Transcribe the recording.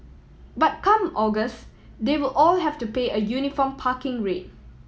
but come August they will all have to pay a uniform parking rate